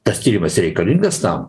tas tyrimas reikalingas tam